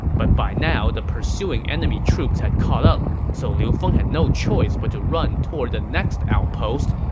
but by now the pursuing enemy troops had caught up, so liu feng had no choice but to run toward the next outpost,